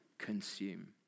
Consume